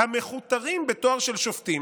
"המכותרים בתואר של שופטים,